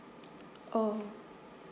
oh